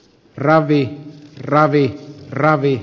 ravi ravi ravi